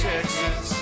Texas